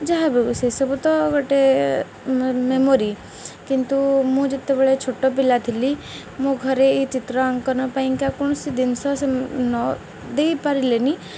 ଯାହାବ ସେସବୁ ତ ଗୋଟେ ମେମୋରି କିନ୍ତୁ ମୁଁ ଯେତେବେଳେ ଛୋଟ ପିଲା ଥିଲି ମୋ ଘରେ ଏଇ ଚିତ୍ର ଅଙ୍କନ ପାଇଁକା କୌଣସି ଜିନିଷ ସେ ନ ଦେଇପାରିଲେନି